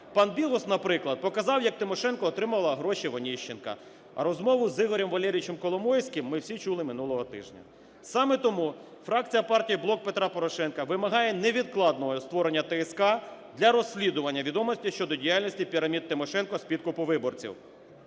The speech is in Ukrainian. ПанБігус, наприклад, показав як Тимошенко отримала гроші в Онищенка, а розмову з Ігорем Валерійовичем Коломойським ми всі чули минулого тижня. Саме тому фракція партії "Блок Петра Порошенка" вимагає невідкладного створення ТСК для розслідування відомостей щодо діяльності пірамід Тимошенко з підкупу виборців.